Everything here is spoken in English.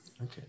okay